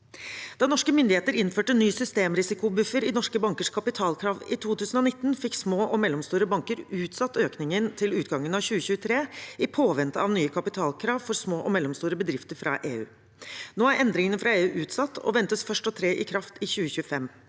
Da norske myndigheter innførte ny systemrisikobuffer i norske bankers kapitalkrav i 2019, fikk små og mellomstore banker utsatt økningen til utgangen av 2023 i påvente av nye kapitalkrav for små og mellomstore bedrifter fra EU. Nå er endringene fra EU utsatt og ventes først å tre i kraft i 2025.